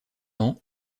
ans